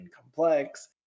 complex